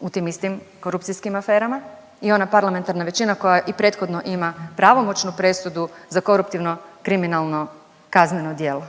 u tim istim korupcijskim aferama i ona parlamentarna većina koja i prethodno ima pravomoćnu presudu za koruptivno kriminalno kazneno djelo.